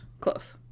close